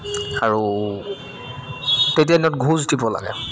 আৰু তেতিয়া দিনত ঘোচ দিব লাগে